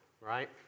right